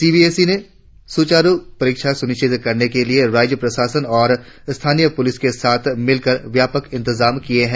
सी B S E ने सुचारु परीक्षायें सुनिश्चित करने के लिए राज्य प्रशासन और स्थानीय पुलिस के साथ मिलकर व्यापक इंतजाम किए है